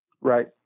Right